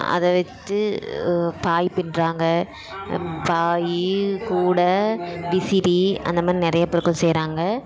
அதை வைத்து பாய் பின்னுறாங்க பாய் கூட விசிறி அந்த மாதிரி நிறைய பொருட்கள் செய்கிறாங்க